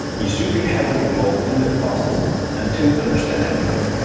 you should be heavily involved in the process until you understand everything.